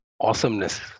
awesomeness